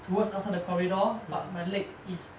towards outside the corridor but my leg is